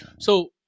So-